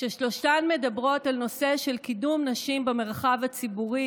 ששלושתן מדברות על נושא של קידום נשים במרחב הציבורי,